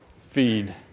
Feed